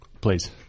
please